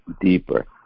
deeper